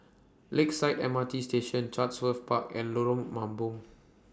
Lakeside M R T Station Chatsworth Park and Lorong Mambong